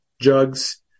jugs